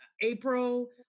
April